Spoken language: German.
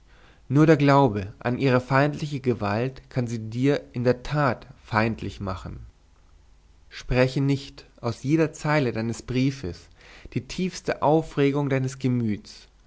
nur der glaube an ihre feindliche gewalt kann sie dir in der tat feindlich machen spräche nicht aus jeder zeile deines briefes die tiefste aufregung deines gemüts